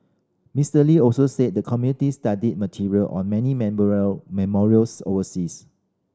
Mister Lee also said the committee studied material on many memorials overseas